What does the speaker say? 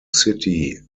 city